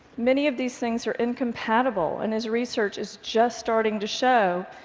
many of these things are incompatible, and as research is just starting to show,